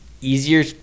easier